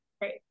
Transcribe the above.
right